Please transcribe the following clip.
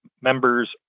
members